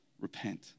Repent